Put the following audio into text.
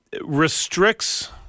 Restricts